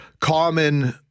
common